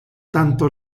tanto